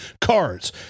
cards